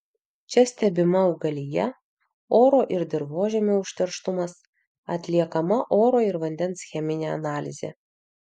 čia stebima augalija oro ir dirvožemio užterštumas atliekama oro ir vandens cheminė analizė